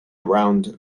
around